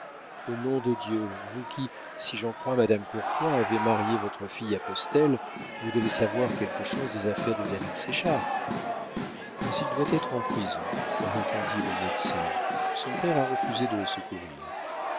au nom de dieu vous qui si j'en crois madame courtois avez marié votre fille à postel vous devez savoir quelque chose des affaires de david séchard mais il doit être en prison répondit le médecin son père a refusé de le secourir